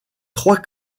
trois